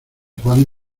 juan